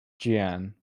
jeanne